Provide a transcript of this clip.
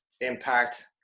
impact